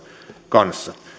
kanssa